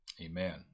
Amen